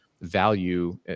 value